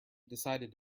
decided